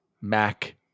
mac